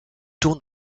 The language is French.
dans